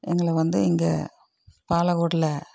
எங்களை வந்து இங்கே பாலக்கோட்டில்